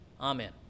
Amen